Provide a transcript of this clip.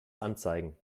anzeigen